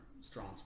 strong